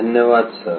धन्यवाद सर